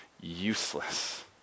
useless